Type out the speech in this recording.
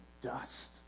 dust